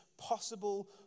possible